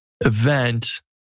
event